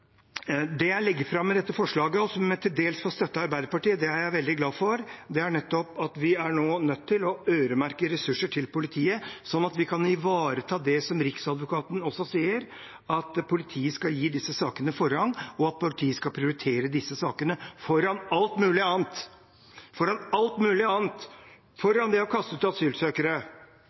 Det jeg legger fram med dette forslaget, og som til dels får støtte fra Arbeiderpartiet – det er jeg veldig glad for – er at vi nå er nødt til å øremerke ressurser til politiet. Slik kan vi ivareta det som Riksadvokaten også sier, at politiet skal gi disse sakene forrang, at politiet skal prioritere disse sakene foran alt mulig annet. Foran alt mulig annet – foran det å kaste ut asylsøkere,